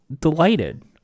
delighted